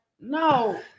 no